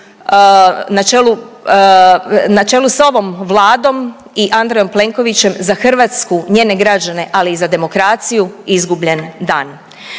na čelu s ovom Vladom i Andrejom Plenkovićem za Hrvatsku, njene građane, ali i za demokraciju izgubljen dan.